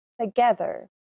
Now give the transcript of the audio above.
together